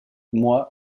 moi